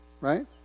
right